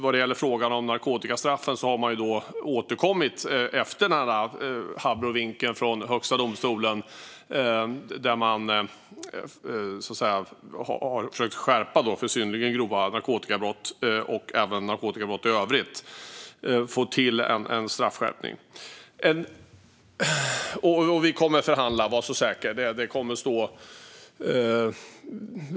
Vad gäller frågan om narkotikastraffen har man återkommit efter den här abrovinken från Högsta domstolen och försökt skärpa straffen för synnerligen grova narkotikabrott och även få till en straffskärpning när det gäller narkotikabrott i övrigt. Vi kommer att förhandla, var så säker!